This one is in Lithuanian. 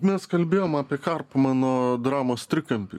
mes kalbėjom apie karpų mano dramos trikampį